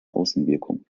außenwirkung